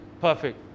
perfect